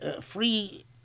free